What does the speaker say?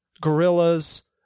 gorillas